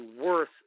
worth